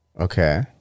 Okay